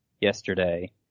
yesterday